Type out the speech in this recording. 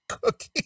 cookie